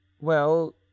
Well